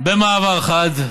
במעבר חד,